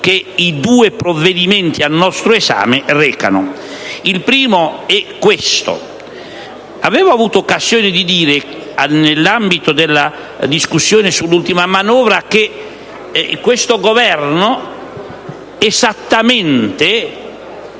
che i due provvedimenti al nostro esame recano. La prima questione è la seguente. Avevo avuto occasione di dire nell'ambito della discussione sull'ultima manovra che questo Governo esegue